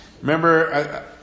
Remember